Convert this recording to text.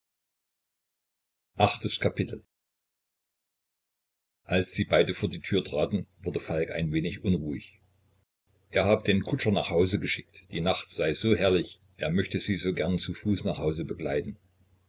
als sie beide vor die tür traten wurde falk ein wenig unruhig er habe den kutscher nach hause geschickt die nacht sei so herrlich er möchte sie so gern zu fuß nach hause begleiten